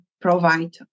provide